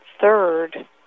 third